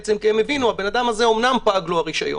כי הם הבינו שלבן אדם הזה אומנם פג הרישיון,